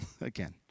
Again